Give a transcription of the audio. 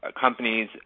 companies